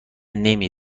نمی